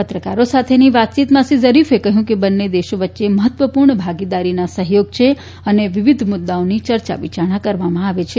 પત્રકારો સાથેની વાતચીતમાં શ્રી ઝરીફે કહ્યું કે બંને દેશો વચ્ચે મહત્વપૂર્ણ ભાગીદારીના સહયોગ છે અને વિવિધ મુદ્દાઓની ચર્ચાવિચારણા કરવામાં આવે છે